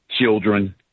children